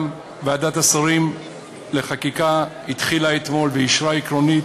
גם ועדת השרים לחקיקה התחילה אתמול ואישרה עקרונית